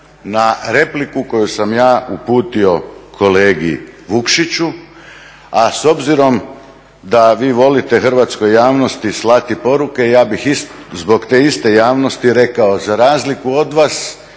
na repliku koju sam ja uputio kolegi Vukšiću. A s obzirom da vi volite hrvatskoj javnosti slati poruke, ja bih zbog te iste javnosti rekao, za razliku od vas